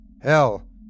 Hell